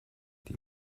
die